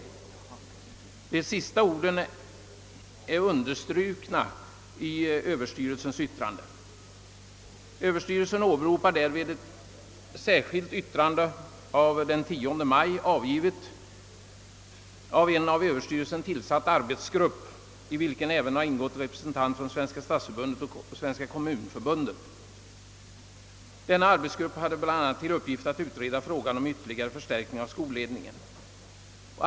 Skolöverstyrelsen åberopar därvid ett särskilt yttrande av den 10 maj i år, avgivet av en av Överstyrelsen tillsatt arbetsgrupp, i vilken även har ingått en representant för Svenska stadsförbundet och Svenska kommunförbundet. Denna arbetsgrupp hade bl.a. till uppgift att utreda frågan om ytterligare förstärkning av skolledningen.